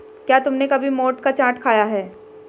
क्या तुमने कभी मोठ का चाट खाया है?